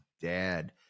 dad